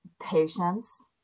patience